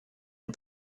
and